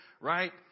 right